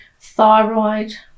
thyroid